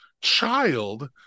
child